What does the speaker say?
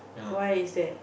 what is that